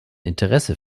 interesse